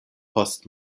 post